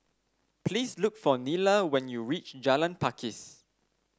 please look for Nylah when you reach Jalan Pakis